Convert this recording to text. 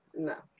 No